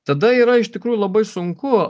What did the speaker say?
tada yra iš tikrųjų labai sunku